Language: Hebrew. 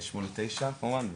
שמונה ותשע כמובן,